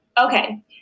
Okay